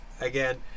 again